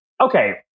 okay